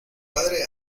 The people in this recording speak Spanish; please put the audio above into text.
padre